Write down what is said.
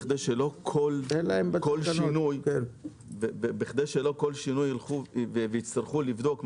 כדי שלא כל שינוי ילכו ויצטרכו לבדוק,